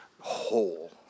whole